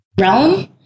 realm